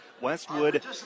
Westwood